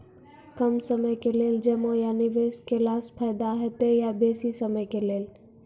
कम समय के लेल जमा या निवेश केलासॅ फायदा हेते या बेसी समय के लेल?